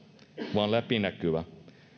vaan läpinäkyvä